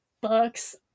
books